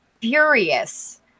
furious